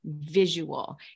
visual